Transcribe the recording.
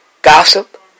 Gossip